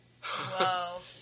Whoa